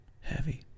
Heavy